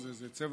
לא.